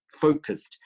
focused